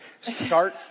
start